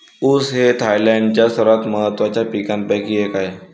ऊस हे थायलंडच्या सर्वात महत्त्वाच्या पिकांपैकी एक आहे